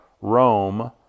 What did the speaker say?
Rome